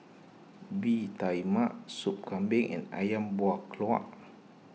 Bee Tai Mak Sup Kambing and Ayam Buah Keluak